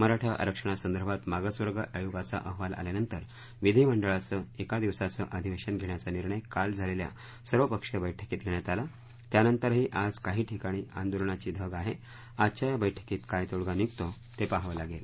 मराठा आरक्षणासंदर्भात मागासवर्ग आयोगाचा अहवाल आल्यानंतर विधिमंडळाचं एका दिवसाचं अधिवेशन घेण्याचा निर्णय काल झालेल्या सर्वपक्षीय बैठकीत घेण्यात आला त्यानंतरही आज काही ठिकाणी आंदोलनाची धग आहे आजच्या या बैठकीत काय तोडगा निघतो हे पाहावं लागेल